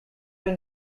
been